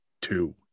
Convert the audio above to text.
Two